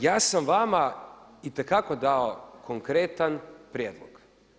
Ja sam vama itekako dao konkretan prijedlog.